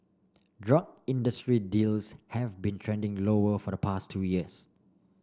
drug industry deals have been trending lower for the past two years